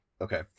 Okay